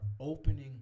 opening